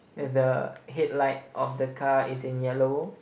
and the headlight of the car is in yellow